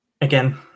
Again